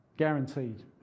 guaranteed